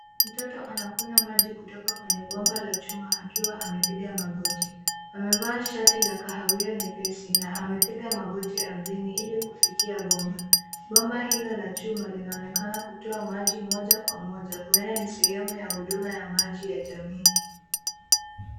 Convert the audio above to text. Mtoto anakunywa maji kutoka kwenye bomba la chuma akiwa amepiga magoti. Amevaa shati la kahawia nyepesi na amepiga magoti ardhini ili kufikia bomba. Bomba hilo la chuma linaonekana kutoa maji moja kwa moja huenda ni sehemu ya huduma ya maji ya jamii.